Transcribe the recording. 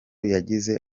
yagize